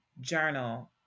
journal